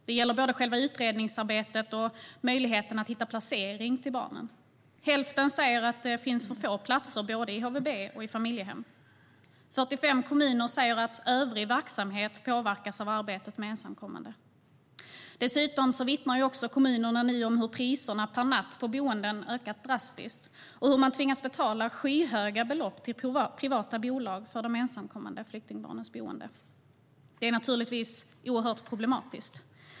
Det gäller både själva utredningsarbetet och möjligheten att hitta placering till barnen. Hälften säger att det finns för få platser både i HVB och i familjehem. 45 kommuner säger att övrig verksamhet påverkas av arbetet med ensamkommande. Dessutom vittnar kommunerna om hur priserna per natt på boenden ökat drastiskt och hur de tvingas betala skyhöga belopp till privata bolag för de ensamkommande flyktingbarnens boende. Detta är naturligtvis oerhört problematiskt.